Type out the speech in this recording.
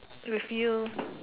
with you